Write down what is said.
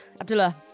Abdullah